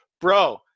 Bro